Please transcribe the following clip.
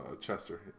Chester